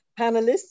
panelists